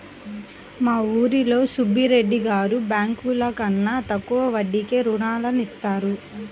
మా ఊరిలో సుబ్బిరెడ్డి గారు బ్యేంకుల కన్నా తక్కువ వడ్డీకే రుణాలనిత్తారు